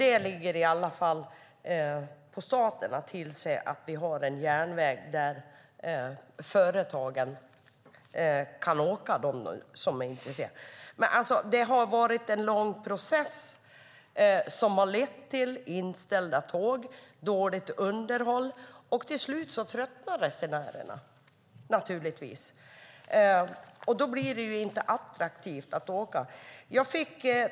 Det är i alla fall statens ansvar att se till att vi har en järnväg som företagen kan använda. Det har varit en lång process som har lett till inställda tåg och dåligt underhåll. Till slut tröttnar naturligtvis resenärerna. Då blir det inte längre attraktivt att åka med tågen.